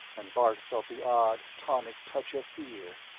and bart felt the odd, tonic touch of fear.